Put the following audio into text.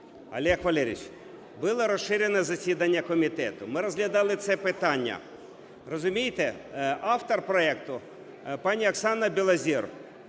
Олег Валерійович, було розширене засідання комітету, ми розглядали це питання, розумієте, автор проекту пані Оксана Білозір…